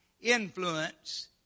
influence